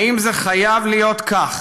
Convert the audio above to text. האם זה חייב להיות כך,